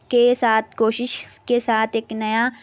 کے ساتھ کوشش کے ساتھ ایک نیا